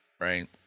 right